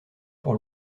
pour